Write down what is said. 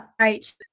right